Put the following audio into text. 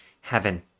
heaven